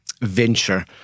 venture